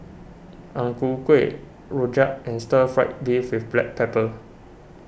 Ang Ku Kueh Rojak and Stir Fried Beef with Black Pepper